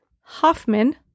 Hoffman